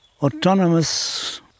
Autonomous